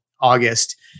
August